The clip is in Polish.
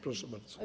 Proszę bardzo.